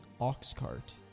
Oxcart